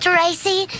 Tracy